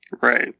Right